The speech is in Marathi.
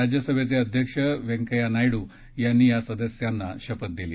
राज्यसभेचे अध्यक्ष व्यंकय्या नायड् यांनी या सदस्यांना शपथ दिली